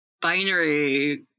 binary